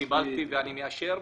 קיבלתי ואני מאשר",